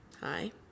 Hi